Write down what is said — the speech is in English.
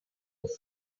forth